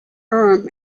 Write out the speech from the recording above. urim